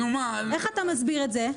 איך אתה מסביר את זה?